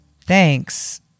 thanks